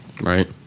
Right